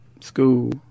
school